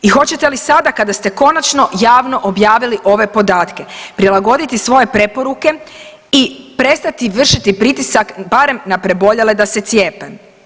I hoćete li sada kada ste konačno javno objavili ove podatke prilagoditi svoje preporuke i prestati vršiti pritisak barem na preboljele da se cijepe?